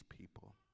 people